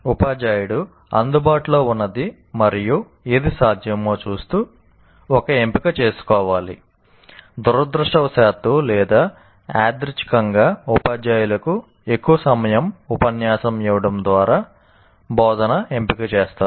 ఉపాధ్యాయుడు అందుబాటులో ఉన్నది మరియు ఏది సాధ్యమో చూస్తూ ఒక ఎంపిక చేసుకోవాలి దురదృష్టవశాత్తు లేదా యాదృచ్ఛికంగా ఉపాధ్యాయులకు ఎక్కువ సమయం ఉపన్యాసం ఇవ్వడం ద్వారా బోధన ఎంపిక చేస్తారు